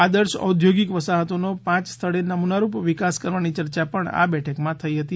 આદર્શ ઔધોગિક વસાહતનો પાંચ સ્થળે નમૂનારૂપ વિકાસ કરવાની ચર્ચા પણ આ બેઠકમાં થઈ હતી